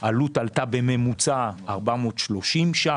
העלות עלתה בממוצע ב-430 שקלים,